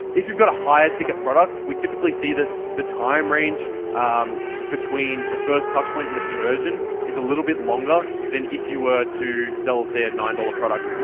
if you've got a higher ticket product, we typically see that the time range between the first touch point in the conversion is a little bit longer than if you were to sell say a nine dollars product.